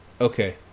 Okay